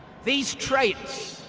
these traits,